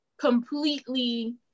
completely